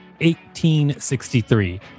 1863